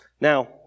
Now